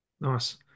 Nice